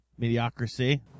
Mediocracy